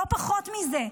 לא פחות מזה.